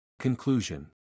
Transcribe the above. Conclusion